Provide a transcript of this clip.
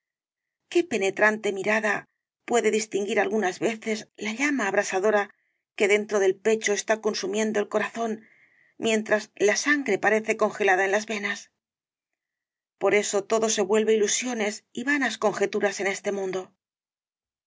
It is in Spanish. qué penetrante mirada puede distinguir algunas veces la llama abrasadora que dentro del pecho está consumiendo el corazón mientras la sangre parece congelada en las venas por eso todo se vuelve ilusiones y vanas conjeturas en este mundo